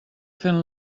fent